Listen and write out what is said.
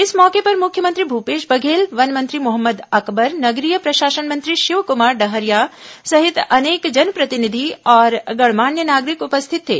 इस मौके पर मुख्यमंत्री भूपेश बघेल वन मंत्री मोहम्मद अकबर नगरीय प्रशासन मंत्री शिवक्मार डहरिया सहित अनेक जनप्रतिनिधि और गणमान्य नागरिक उपस्थित थे